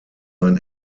ein